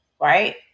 right